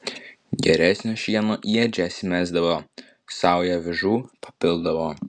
geresnio šieno į ėdžias įmesdavo saują avižų papildavo